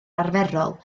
arferol